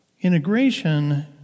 integration